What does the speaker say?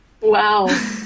Wow